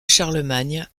charlemagne